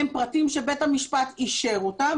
הם פרטים שבית המשפט אישר אותם.